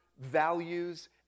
values